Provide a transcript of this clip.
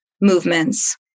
movements